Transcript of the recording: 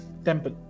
temple